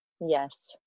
Yes